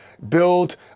build